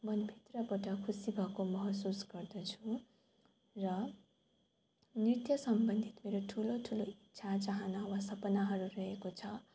मनभित्रबाट खुसी भएको महसुस गर्दछु र नृत्य सम्बन्धित मेरो ठुलो ठुलो इच्छा चाहना वा सपनाहरू रहेको छ